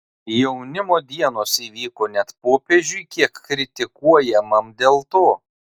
jaunimo dienos įvyko net popiežiui kiek kritikuojamam dėl to